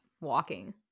walking